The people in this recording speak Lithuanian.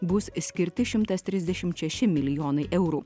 bus skirti šimtas trisdešim šeši milijonai eurų